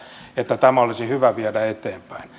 että tämä olisi hyvä viedä eteenpäin